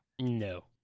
No